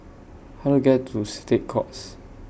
How Do I get to State Courts